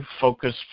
focus